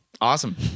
Awesome